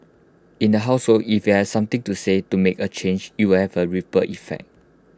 in the household if you have something to say to make A change you will have A ripple effect